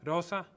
Rosa